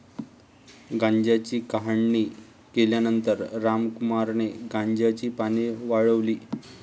गांजाची काढणी केल्यानंतर रामकुमारने गांजाची पाने वाळवली